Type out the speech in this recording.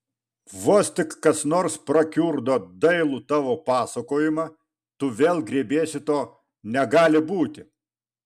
vos tik kas nors prakiurdo dailų tavo pasakojimą tu vėl griebiesi to negali būti